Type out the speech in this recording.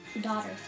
daughter